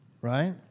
right